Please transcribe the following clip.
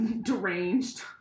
Deranged